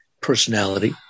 personality